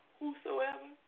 whosoever